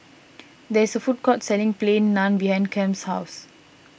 there is a food court selling Plain Naan behind Kem's house